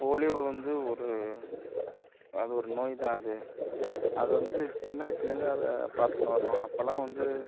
polio வந்து ஒரு அது ஒரு நோய் தான் அது அத வந்து சின்ன வயசுலேருந்தே அதை பார்த்துன்னு வரணும் அப்போலாம் வந்து